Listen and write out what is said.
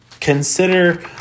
Consider